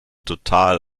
total